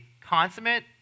consummate